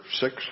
six